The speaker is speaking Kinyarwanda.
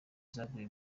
zaguye